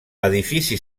edifici